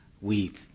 weep